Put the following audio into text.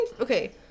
okay